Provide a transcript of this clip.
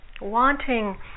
Wanting